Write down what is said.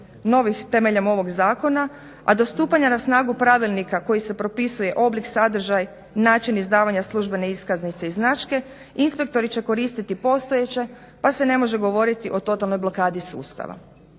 novih temeljem ovog zakon. A do stupanja na snagu pravilnika koji se propisuje oblik, sadržaj, način izdavanja službene iskaznice i značke inspektori će koristiti postojeće pa se ne može govoriti o totalnoj blokadi sustava.